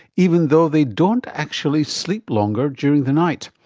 even though they don't actually sleep longer during the night.